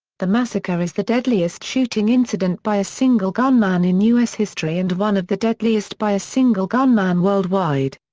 the massacre is the deadliest shooting incident by a single gunman in u s. history and one of the deadliest by a single gunman worldwide.